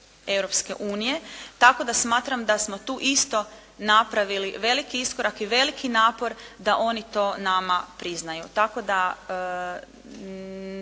Europske unije. Tako da smatram da smo tu isto napravili veliki iskorak i veliki napor da oni to nama priznaju. Tako da